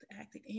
acting